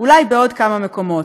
אולי בעוד כמה מקומות.